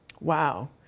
wow